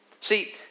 See